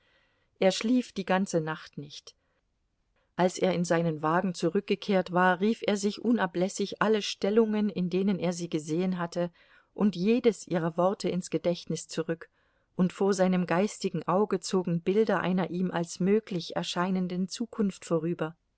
er schlief die ganze nacht nicht als er in seinen wagen zurückgekehrt war rief er sich unablässig alle stellungen in denen er sie gesehen hatte und jedes ihrer worte ins gedächtnis zurück und vor seinem geistigen auge zogen bilder einer ihm als möglich erscheinenden zukunft vorüber